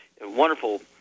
wonderful